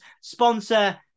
sponsor